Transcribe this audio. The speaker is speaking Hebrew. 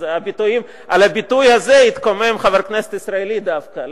אז על הביטוי הזה התקומם חבר כנסת ישראלי דווקא,